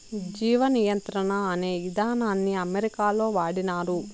జీవ నియంత్రణ అనే ఇదానాన్ని అమెరికాలో వాడినారు